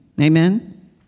Amen